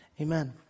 Amen